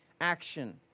action